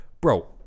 bro